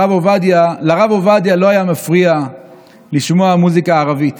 לרב עובדיה לא היה מפריע לשמוע מוזיקה ערבית.